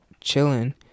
chilling